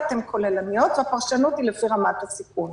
הן כוללניות והפרשנות היא לפי רמת הסיכון.